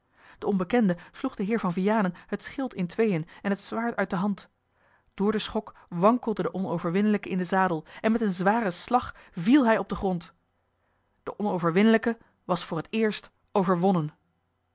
de onbekende sloeg den heer van vianen het schild in tweeën en het zwaard uit de hand door den schok wankelde de onoverwinnelijke in den zadel en met een zwaren slag viel hij op den grond de onoverwinnelijke was voor het eerst overwonnen